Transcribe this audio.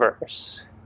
verse